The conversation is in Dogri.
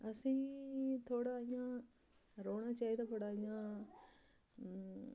असेंगी थोह्ड़ा इ'यां रौह्ना चाहिदा थोह्ड़ा इ'यां